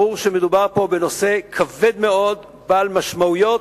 ברור שמדובר פה בנושא כבד מאוד, בעל משמעויות,